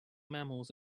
mammals